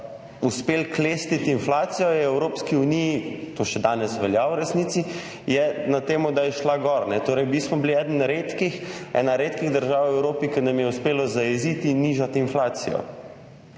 uspeli klestiti inflacijo, je v Evropski uniji – to še danes velja, v resnici – na tem, da je šla gor. Torej, mi smo bili ena redkih držav v Evropi, ki nam je uspelo zajeziti in nižati inflacijo.